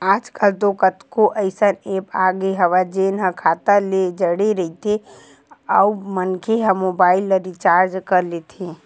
आजकल तो कतको अइसन ऐप आगे हवय जेन ह खाता ले जड़े रहिथे अउ मनखे ह मोबाईल ल रिचार्ज कर लेथे